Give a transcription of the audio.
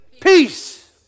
peace